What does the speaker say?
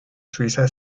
suiza